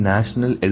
National